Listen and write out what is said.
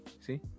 See